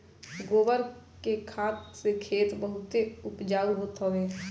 गोबर के खाद से खेत बहुते उपजाऊ होत हवे